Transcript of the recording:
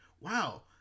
wow